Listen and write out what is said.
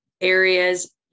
areas